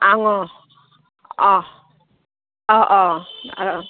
আঙ অহ অঁ অঁ অঁ অঁ